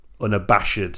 unabashed